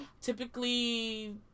Typically